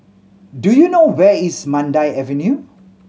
do you know where is Mandai Avenue